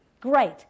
Great